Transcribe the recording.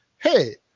hey